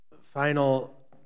final